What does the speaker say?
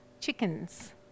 chickens